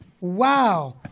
Wow